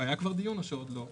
היה כבר דיון או שעוד לא?